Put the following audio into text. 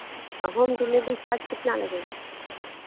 आ home delivery charge कितना लगेगा